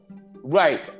Right